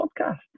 podcast